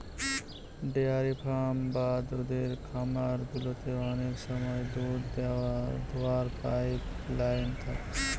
dairy farm বা দুধের খামার গুলোতে অনেক সময় দুধ দোওয়ার পাইপ লাইন থাকে